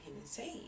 insane